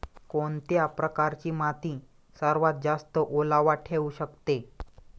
कोणत्या प्रकारची माती सर्वात जास्त ओलावा ठेवू शकते?